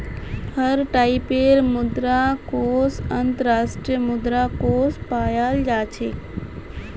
हर टाइपेर मुद्रा कोष अन्तर्राष्ट्रीय मुद्रा कोष पायाल जा छेक